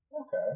Okay